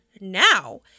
now